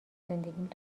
زندگیم